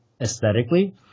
aesthetically